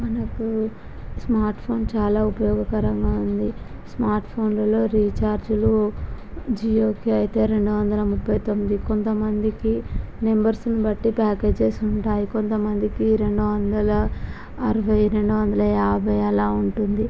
మనకు smart phone చాలా ఉపయోగకరంగా ఉంది స్మార్ట్ ఫోన్లలో రీఛార్జ్లు జియోకి అయితే రెండు వందల ముఫై తొమ్మిది కొంతమందికి నంబర్స్ను బట్టి ప్యాకేజెస్ ఉంటాయి కొంతమందికి రెండు వందల అరవై రెండు వందల యాభై అలా ఉంటుంది